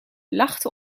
lachte